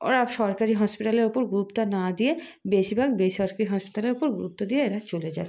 ওরা সরকারি হসপিটালের ওপর গুরুত্বটা না দিয়ে বেশিরভাগ বেসরকারি হসপিটালের উপর গুরুত্ব দিয়ে এরা চলে যায়